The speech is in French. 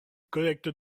collecte